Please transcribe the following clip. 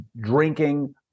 drinking